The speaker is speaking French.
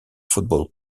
football